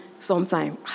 sometime